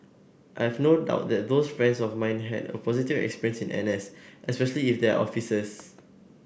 I have no doubt that those friends of mine had a positive experience in N S especially if they are officers